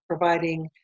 providing